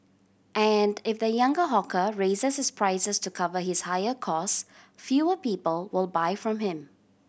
and if the younger hawker raises his prices to cover his higher cost fewer people will buy from him